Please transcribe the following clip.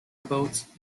votes